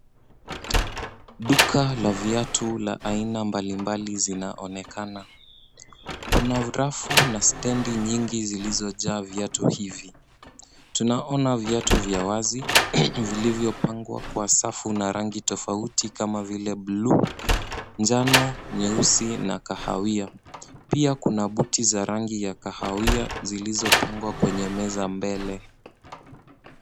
Duka la viatu la aina mbalimbali zinaonekana. Kuna rafu na stendi nyingi zilizojaa viatu hivi. Tunaona viatu vya wazi, vilivyopangwa kwa safu na rangi tofauti kama vile buluu, njano, nyeusi na kahawia. Pia kuna buti za rangi ya kahawia zilizopangwa kwenye meza mbele.